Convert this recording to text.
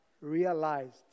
realized